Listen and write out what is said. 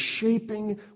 shaping